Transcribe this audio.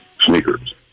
sneakers